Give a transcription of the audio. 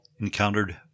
encountered